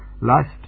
lust